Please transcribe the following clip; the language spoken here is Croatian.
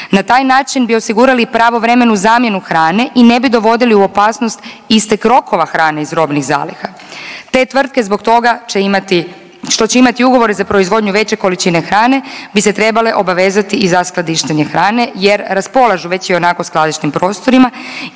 na taj način bi osigurali pravovremenu zamjenu hrane i ne bi dovodili u opasnost istek rokova hrane iz robnih zaliha. Te tvrtke zbog toga će imati što će imati ugovore za proizvodnju veće količine hrane bi se trebale obavezati i za skladištenje hrane jer raspolažu već ionako skladišnim prostorima